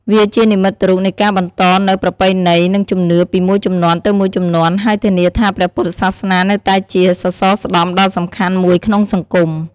វាជានិមិត្តរូបនៃការបន្តនូវប្រពៃណី និងជំនឿពីមួយជំនាន់ទៅមួយជំនាន់ ហើយធានាថាព្រះពុទ្ធសាសនានៅតែជាសសរស្តម្ភដ៏សំខាន់មួយក្នុងសង្គម។